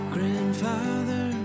Grandfather